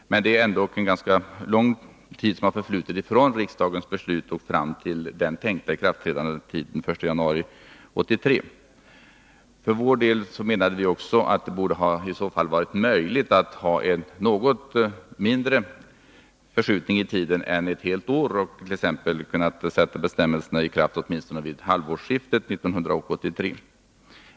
Ändå har ganska lång tid förflutit från riksdagens beslut fram till det avsedda ikraftträdandet den 1 januari 1983. För vår del menade vi också att det borde vara möjligt med en mindre tidsförskjutning än ett helt år. Man borde exempelvis låta bestämmelserna träda i kraft vid halvårsskiftet 1983.